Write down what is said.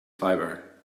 fibre